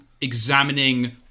examining